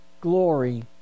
glory